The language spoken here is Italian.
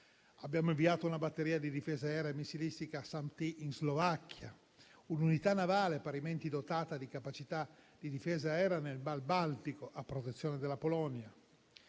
abbiamo inviato una batteria di difesa aerea e missilistica SAMP/T in Slovacchia e un'unità navale, parimenti dotata di capacità di difesa aerea, nel mar Baltico (a protezione della Polonia).